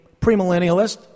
premillennialist